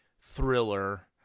thriller